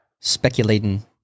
speculating